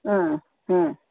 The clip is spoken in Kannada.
ಹಾಂ ಹಾಂ